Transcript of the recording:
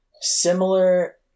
Similar